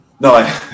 No